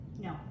No